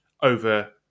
over